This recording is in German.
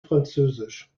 französisch